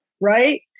right